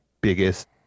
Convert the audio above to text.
biggest